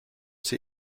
sie